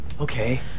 Okay